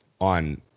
on